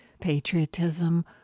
patriotism